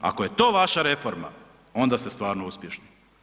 Ako je to vaša reforma onda ste stvarno uspješni.